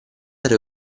era